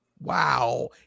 Wow